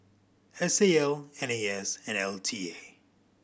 S A L N A S and L T A